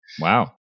wow